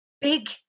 big